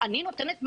אני נותנת מענה,